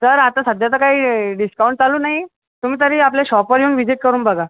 sir आता सध्या तर काही डिस्काऊंट चालू नाही तुम्ही तरी आपल्या शॉपवर येऊन व्हिजिट करून बघा